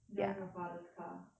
drive your father's car